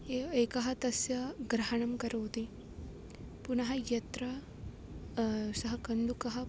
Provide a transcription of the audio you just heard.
एव् एकः तस्य ग्रहणं करोति पुनः यत्र सः कन्दुकः